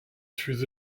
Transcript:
through